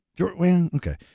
okay